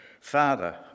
Father